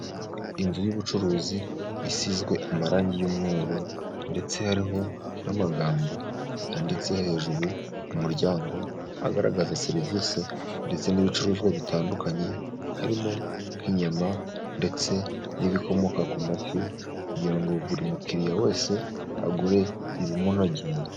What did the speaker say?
Inzu y'ubucuruzi isizwe amarangi y'umweru ndetse hariho n'amagambo yanditse hejuru y'umuryango, agaragaza serivisi ndetse n'ibicuruzwa bitandukanye harimo: nk'inyama, ndetse n'ibikomoka ku mafi. Kugira ngo buri mukiriya wese agure ibimunogeye.